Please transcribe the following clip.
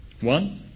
One